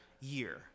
year